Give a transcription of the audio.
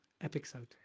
episode